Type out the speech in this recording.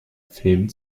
filmen